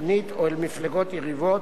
שלטונית או אל מפלגות יריבות,